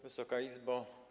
Wysoka Izbo!